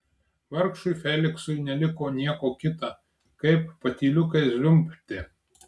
vargšui feliksui neliko nieko kita kaip patyliukais žliumbti